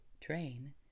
train